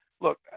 look